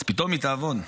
אז פתאום היא תעבוד.